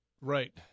right